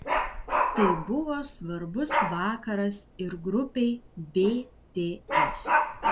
tai buvo svarbus vakaras ir grupei bts